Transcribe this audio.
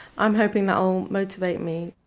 i'm hoping that will motivate me.